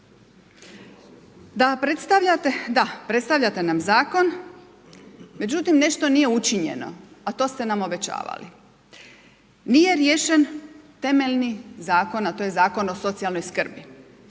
Da predstavljate nam zakon međutim, nešto nije učinjeno, a to ste nam obećavali. Nije riješen temeljni zakon, a to je Zakon o socijalnoj skrbi.